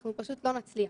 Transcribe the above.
אנחנו פשוט לא נצליח.